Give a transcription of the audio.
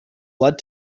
blood